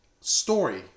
story